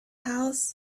house